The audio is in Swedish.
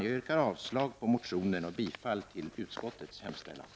Jag yrkar avslag på motionen och bifall till utskottets hemställan.